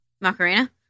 Macarena